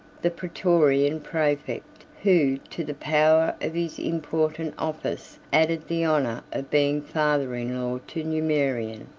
the praetorian praefect, who to the power of his important office added the honor of being father-in-law to numerian.